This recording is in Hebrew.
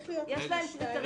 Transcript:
יש להם קריטריונים.